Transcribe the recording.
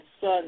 son